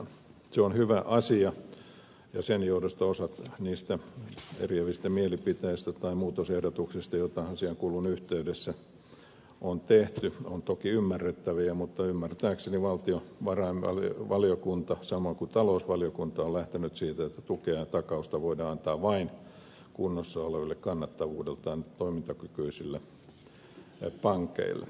se on hyvä asia ja sen johdosta osa niistä eriävistä mielipiteistä tai muutosehdotuksista joita asian kulun yhteydessä on tehty on toki ymmärrettäviä mutta ymmärtääkseni valtiovarainvaliokunta samoin kuin talousvaliokunta on lähtenyt siitä että tukea ja takausta voidaan antaa vain kunnossa oleville kannattavuudeltaan toimintakykyisille pankeille